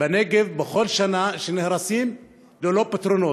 בנגב שנהרסים בכל שנה, ללא פתרונות.